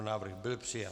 Návrh byl přijat.